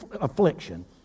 affliction